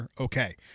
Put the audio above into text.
okay